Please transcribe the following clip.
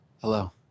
Hello